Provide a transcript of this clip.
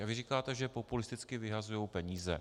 A vy říkáte, že populisticky vyhazují peníze.